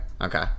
okay